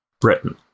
britain